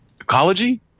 ecology